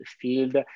field